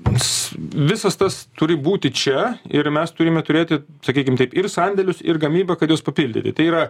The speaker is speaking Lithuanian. pats visas tas turi būti čia ir mes turime turėti sakykim taip ir sandėlius ir gamybą kad juos papildyti tai yra